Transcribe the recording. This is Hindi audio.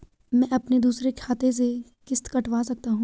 मैं अपने दूसरे खाते से किश्त कटवा सकता हूँ?